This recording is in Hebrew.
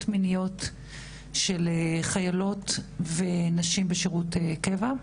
מיניות של חיילות ונשים בשירות קבע,